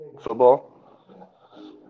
football